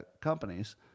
companies